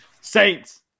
Saints